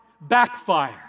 backfire